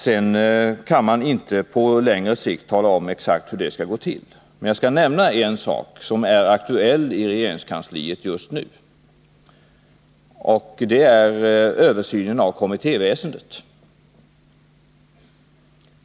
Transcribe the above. Hur detta skall gå till på längre sikt kan man inte tala om exakt, men jag skall nämna en sak som är aktuell i regeringskansliet, nämligen översynen av kommittéväsendet.